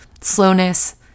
slowness